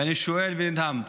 ואני שואל ונדהם,